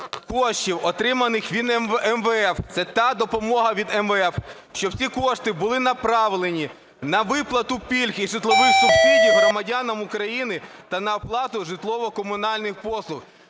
коштів, отриманих від МВФ, це та допомога від МВФ, щоб ці кошти були направлені на виплату пільг і житлових субсидій громадянам України та оплату житлово-комунальних послуг.